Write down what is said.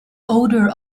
odor